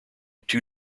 two